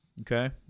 Okay